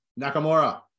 Nakamura